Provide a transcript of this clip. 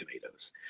tomatoes